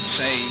say